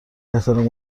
احترام